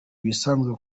ibisanzwe